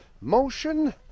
motion